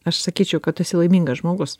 aš sakyčiau kad tu esi laimingas žmogus